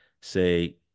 say